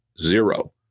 zero